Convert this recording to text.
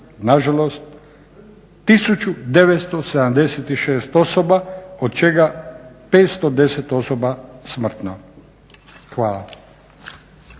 nažalost 1976 osoba od čega 510 osoba smrtno. Hvala.